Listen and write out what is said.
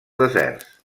deserts